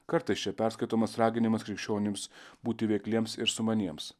kartais čia perskaitomas raginimas krikščionims būti veikliems ir sumaniems